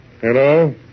Hello